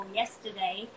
yesterday